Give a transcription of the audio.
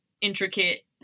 intricate